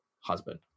husband